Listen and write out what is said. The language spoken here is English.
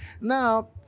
now